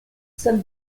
sed